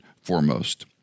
foremost